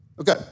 Okay